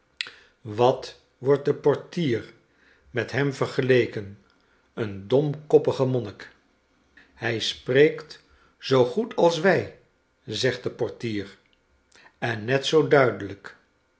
wat wordt de portier met hem vergeleken een domkoppigemonnik hij spreekt zoo goed als wij zegt de portier en net zoo duidelijk